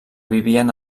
vivien